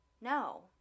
No